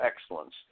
excellence